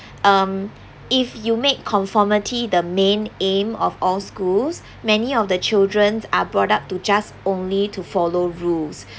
um if you make conformity the main aim of all schools many of the children are brought up to just only to follow rules